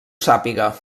sàpiga